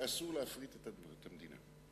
שאסור להפריט את קרקעות המדינה.